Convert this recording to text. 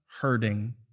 hurting